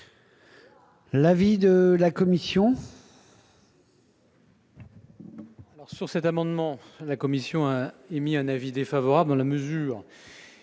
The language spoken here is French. L'avis de la commission.